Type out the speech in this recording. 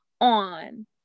on